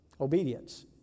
Obedience